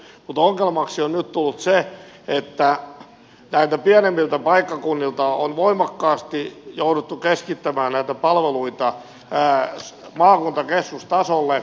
mutta ongelmaksi on nyt tullut se että näiltä pienemmiltä paikkakunnilta on jouduttu voimakkaasti keskittämään näitä palveluita maakuntakeskustasolle